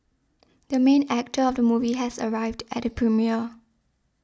the main actor of the movie has arrived at the premiere